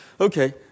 Okay